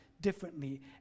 differently